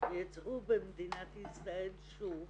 יעצרו במדינות ישראל שוב